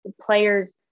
players